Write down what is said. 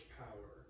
power